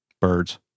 birds